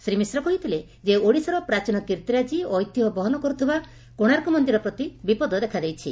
ଶ୍ରୀ ମିଶ୍ର କହିଥିଲେ ଯେ ଓଡ଼ିଶାର ପ୍ରାଚୀନ କୀର୍ତିରାକି ଓ ଐତିହ୍ୟ ବହନ କରୁଥିବା କୋଶାର୍କ ମନ୍ଦିର ପ୍ରତି ବିପଦ ଦେଖାଦେଇଛି